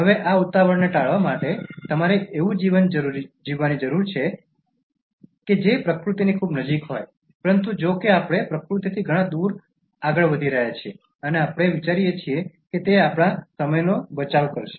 હવે આ ઉતાવળને ટાળવા માટે તમારે એવું જીવન જીવવાની જરૂર છે કે જે પ્રકૃતિની ખૂબ નજીક હોય પરંતુ જો કે આપણે પ્રકૃતિથી ઘણા દૂર આગળ વધી રહ્યા છીએ અને આપણે વિચારીએ છીએ કે તે આપણા સમયનો બચાવ કરશે